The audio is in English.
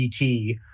ET